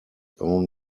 own